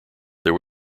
there